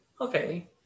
Okay